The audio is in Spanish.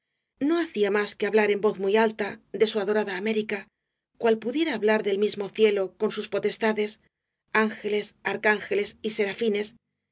no hacía más que hablar en voz muy alta de su adorada américa cual pudiera hablar del mismo cielo con sus potestades ángeles arcángeles y serafines